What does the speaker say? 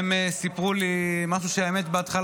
הן סיפרו לי משהו שבהתחלה,